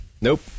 Nope